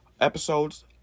episodes